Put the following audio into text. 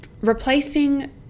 replacing